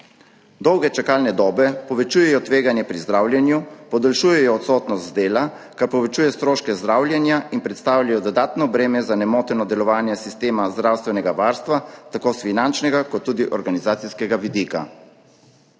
Dolge čakalne dobe povečujejo tveganje pri zdravljenju, podaljšujejo odsotnost z dela, kar povečuje stroške zdravljenja, in predstavljajo dodatno breme za nemoteno delovanje sistema zdravstvenega varstva, tako s finančnega kot tudi organizacijskega vidika.